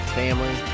family